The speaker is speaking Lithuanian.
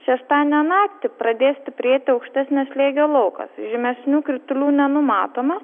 šeštadienio naktį pradės stiprėti aukštesnio slėgio laukas žymesnių kritulių nenumatoma